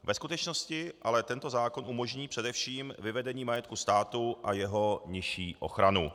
Ve skutečnosti ale tento zákon umožní především vyvedení majetku státu a jeho nižší ochranu.